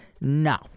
No